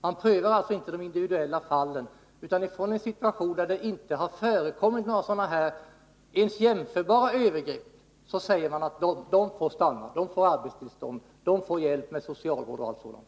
Man prövar alltså inte de individuella fallen, utan utifrån en situation där det inte har förekommit ens jämförbara övergrepp säger man: Polackerna får stanna, de får arbetstillstånd, de får hjälp med socialvård osv.